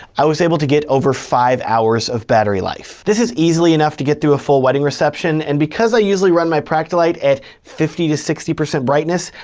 i was able to get over five hours of battery life. this is easily enough to get through a full wedding reception and because i usually run my practilite at fifty to sixty percent brightness,